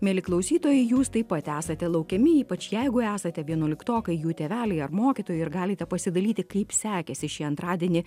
mieli klausytojai jūs taip pat esate laukiami ypač jeigu esate vienuoliktokai jų tėveliai ar mokytojai ir galite pasidalyti kaip sekėsi šį antradienį